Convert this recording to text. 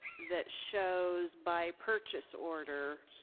that shows, by purchase order,